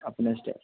اپنا اسٹا